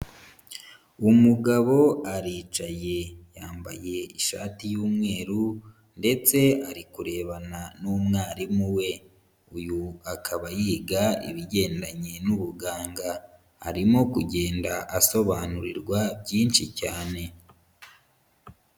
Umugabo aricaye yambaye ishati y'umweru ndetse ari kurebana n'umwarimu we. Uyu akaba yiga ibigendanye n'ubuganga. Arimo kugenda asobanurirwa byinshi cyane.